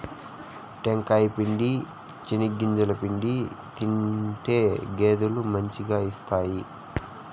టెంకాయ పిండి, చెనిగింజల పిండి తింటే గేదెలు మంచిగా ఇస్తాయి